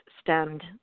stemmed